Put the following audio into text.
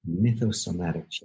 mythosomatic